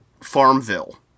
Farmville